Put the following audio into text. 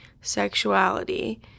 sexuality